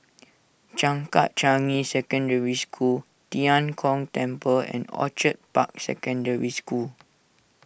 Changkat Changi Secondary School Tian Kong Temple and Orchid Park Secondary School